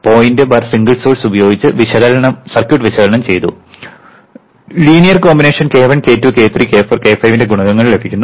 point single source ഉപയോഗിച്ച് circuit വിശകലനം ചെയ്തു linear combination k1 k2 k3 k4 k5 ന്റെ ഈ ഗുണകങ്ങൾ ലഭിക്കുന്നു